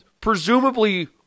presumably